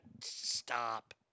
stop